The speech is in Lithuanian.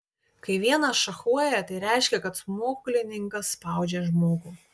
kai vienas šachuoja tai reiškia kad smuklininkas spaudžia žmogų